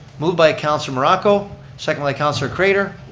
moved by councilor morocco, seconded by councilor craitor.